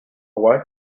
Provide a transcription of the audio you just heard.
wife